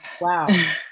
wow